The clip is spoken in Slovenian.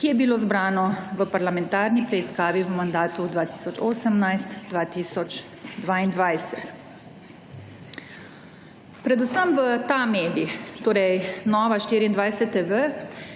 ki je bilo zbrano v parlamentarni preiskavi v mandatu 2018-2022. Predvsem v ta medij, torej Nova24TV